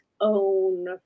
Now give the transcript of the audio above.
own